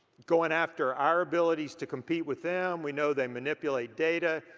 going after our abilities to compete with them. we know they manipulate data.